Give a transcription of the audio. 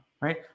right